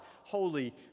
holy